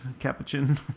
capuchin